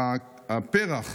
הפרח,